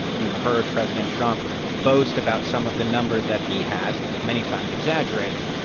and you've heard president trump boast about some of the numbers that he has, many times exaggerating.